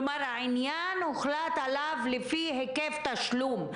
כלומר, הוחלט על העניין לפי היקף תשלום.